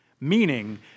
meaning